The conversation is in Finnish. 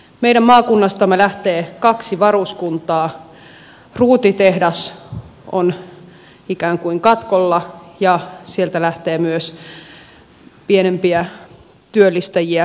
meidän maakunnastamme lähtee kaksi varuskuntaa ruutitehdas on ikään kuin katkolla ja sieltä lähtee myös pienempiä työllistäjiä varikoita